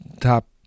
top